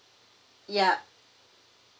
yup